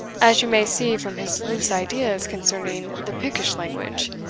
as you may see from his loose ideas concerning the pikish language,